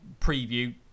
preview